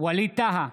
ווליד טאהא,